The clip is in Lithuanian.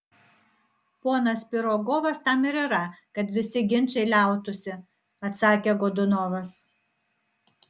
ponas pirogovas tam ir yra kad visi ginčai liautųsi atsakė godunovas